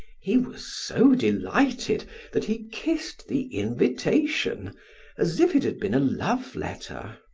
he was so delighted that he kissed the invitation as if it had been a love-letter.